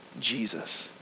Jesus